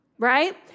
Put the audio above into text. right